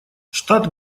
штат